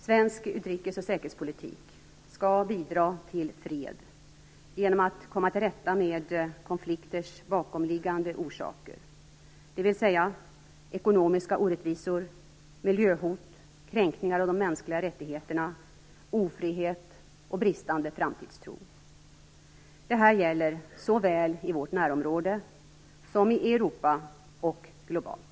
Svensk utrikes och säkerhetspolitik skall bidra till fred genom att komma till rätta med konflikters bakomliggande orsaker, dvs. ekonomiska orättvisor, miljöhot, kränkningar av de mänskliga rättigheterna, ofrihet och bristande framtidstro. Det här gäller såväl i vårt närområde som i Europa och globalt.